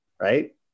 right